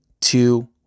two